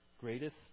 greatest